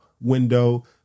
window